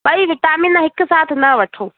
ॿई विटामिन हिकु साथ न वठो